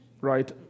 right